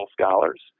scholars